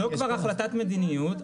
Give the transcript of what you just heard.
זו כבר החלטת מדיניות.